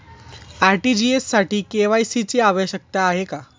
RTGS साठी KYC ची आवश्यकता आहे का?